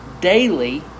daily